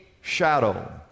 shadow